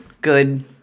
good